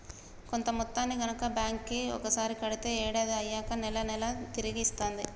కొంత మొత్తాన్ని గనక బ్యాంక్ కి ఒకసారి కడితే ఏడాది అయ్యాక నెల నెలా తిరిగి ఇస్తాంది